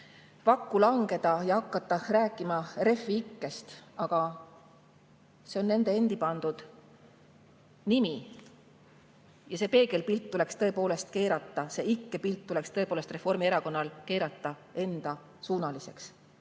vakku langeda ja hakata rääkima Refi ikkest, aga see on nende endi pandud nimi. Ja see peegelpilt tuleks tõepoolest keerata, see ikke pilt tuleks tõepoolest Reformierakonnal keerata endasuunaliseks.